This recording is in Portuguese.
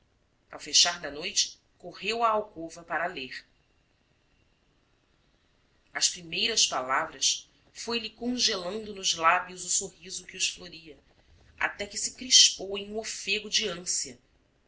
ao fechar da noite correu à alcova para a ler às primeiras palavras foi-lhe congelando nos lábios o sorriso que os floria até que se crispou em um ofego de ânsia